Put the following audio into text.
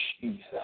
Jesus